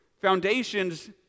foundations